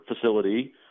facility –